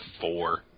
four